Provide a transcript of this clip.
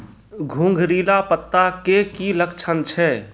घुंगरीला पत्ता के की लक्छण छै?